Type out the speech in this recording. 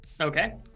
Okay